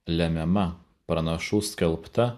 lemiama pranašų skelbta